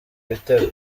bitego